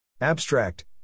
abstract